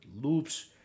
Loops